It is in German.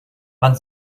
man